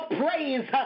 praise